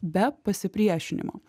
be pasipriešinimo